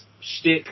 shtick